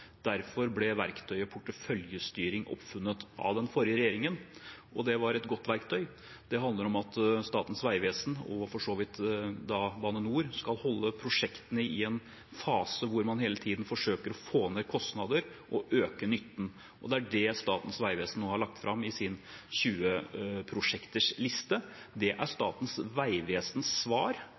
Derfor ble verktøyet porteføljestyring oppfunnet av den forrige regjeringen, og det var et godt verktøy. Det handler om at Statens vegvesen, og for så vidt Bane NOR, skal holde prosjektene i en fase hvor man hele tiden forsøker å få ned kostnader og øke nytten. Det er det Statens vegvesen nå har lagt fram i sin topp 20-prosjektliste. Det er Statens vegvesens svar